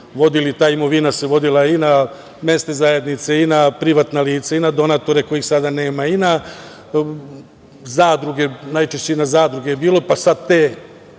klubovi, ta imovina se vodila i na mesne zajednice i na privatna lica i na donatore kojih sada nema i najčešće i na zadruge je bilo, pa sad te